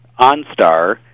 OnStar